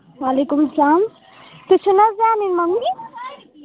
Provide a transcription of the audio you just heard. وعلیکُم السلام تُہۍ چھُو نہٕ حظ زینٕنۍ مٔمی